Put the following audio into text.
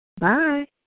Bye